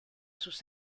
sus